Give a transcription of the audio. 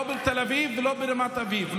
לא בתל אביב ולא ברמת אביב.